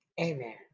Amen